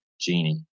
Genie